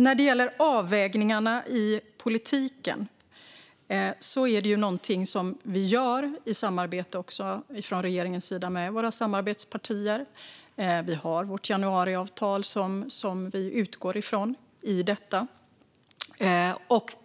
När det gäller avvägningarna i budgeten är det något som regeringen gör i samarbete med samarbetspartierna. Vi har vårt januariavtal som vi utgår från.